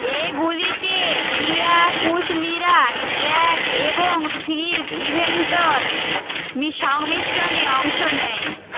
এগুলিতে ক্রীড়াকুশলীরা ট্র্যাক এবং ফিল্ড ইভেন্টের মিশ সংমিশ্রণে অংশ নেয়